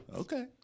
okay